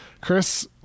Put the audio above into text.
Chris